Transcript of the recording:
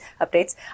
updates